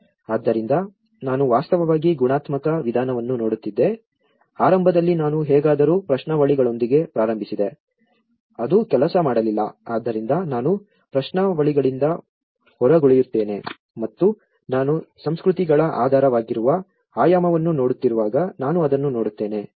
ಆದ್ದರಿಂದ ನಾನು ವಾಸ್ತವವಾಗಿ ಗುಣಾತ್ಮಕ ವಿಧಾನವನ್ನು ನೋಡುತ್ತಿದ್ದೆ ಆರಂಭದಲ್ಲಿ ನಾನು ಹೇಗಾದರೂ ಪ್ರಶ್ನಾವಳಿಗಳೊಂದಿಗೆ ಪ್ರಾರಂಭಿಸಿದೆ ಅದು ಕೆಲಸ ಮಾಡಲಿಲ್ಲ ಆದ್ದರಿಂದ ನಾನು ಪ್ರಶ್ನಾವಳಿಗಳಿಂದ ಹೊರಗುಳಿಯುತ್ತೇನೆ ಮತ್ತು ನಾನು ಸಂಸ್ಕೃತಿಗಳ ಆಧಾರವಾಗಿರುವ ಆಯಾಮವನ್ನು ನೋಡುತ್ತಿರುವಾಗ ನಾನು ಅದನ್ನು ನೋಡುತ್ತೇನೆ